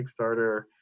Kickstarter